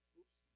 Oops